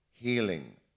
Healing